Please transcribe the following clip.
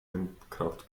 windkraft